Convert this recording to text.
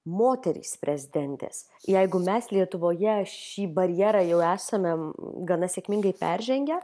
moterys prezidentės jeigu mes lietuvoje šį barjerą jau esame gana sėkmingai peržengę